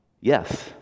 Yes